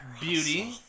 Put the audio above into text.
beauty